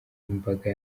imbaga